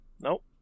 Nope